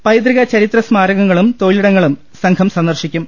പൈതൃക ചരിത്ര സ്മാരകങ്ങളും തൊഴിലിടങ്ങളും സംഘം സന്ദർശിക്കും